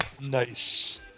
Nice